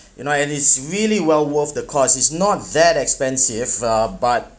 you know and it's really well worth the cost it's not that expensive uh but